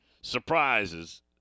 surprises